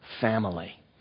family